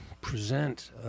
present